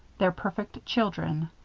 their perfect children.